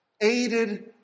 aided